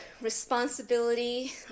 responsibility